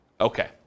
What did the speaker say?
Okay